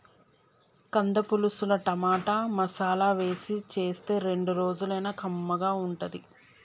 కంద పులుసుల టమాటా, మసాలా వేసి చేస్తే రెండు రోజులైనా కమ్మగా ఉంటది